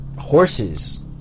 horses